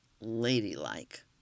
ladylike